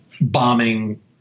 bombing